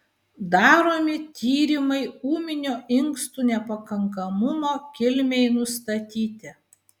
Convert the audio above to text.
daromi tyrimai ūminio inkstų nepakankamumo kilmei nustatyti